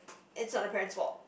and is not the parent's fault